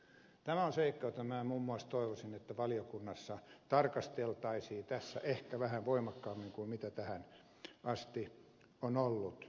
tämä on seikka jota minä toivoisin valiokunnassa tarkasteltavan ehkä vähän voimakkaammin kuin tähän asti on tarkasteltu